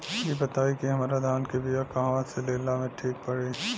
इ बताईं की हमरा धान के बिया कहवा से लेला मे ठीक पड़ी?